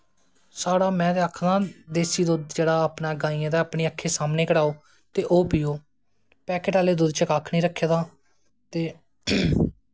साढ़ा में ते आक्खा ना देस्सी दुध्द जेह्ड़ा अपनी गाईयें दा अपनीं अक्खी सामनें कड़ाओ ते ओह् पियो पैकेट आ्ले दुध्द च कक्ख नी रक्खे दा ते